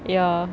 ya